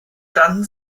standen